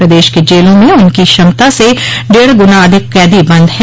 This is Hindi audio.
प्रदेश के जेलों में उनकी क्षमता से डेढ़ गुना अधिक कैदी बंद है